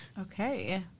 okay